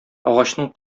агачның